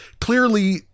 clearly